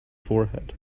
forehead